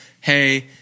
hey